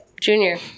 Junior